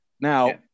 Now